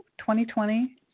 2020